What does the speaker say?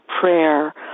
prayer